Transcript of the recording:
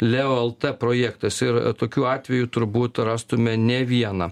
leo lt projektas ir tokių atvejų turbūt rastume ne vieną